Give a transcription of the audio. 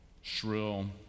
shrill